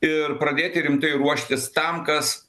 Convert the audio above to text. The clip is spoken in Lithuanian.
ir pradėti rimtai ruoštis tam kas